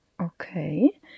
Okay